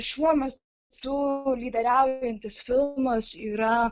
šiuo metu lyderiaujantis filmas yra